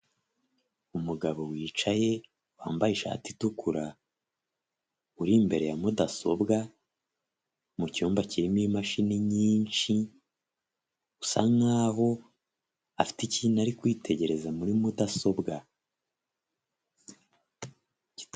Umugabo wicaye, wambaye ishati itukura, uri imbere ya mudasobwa, mu cyumba kirimo imashini nyinshi, usa nk'aho afite ikintu ari kwitegereza muri mudasobwa.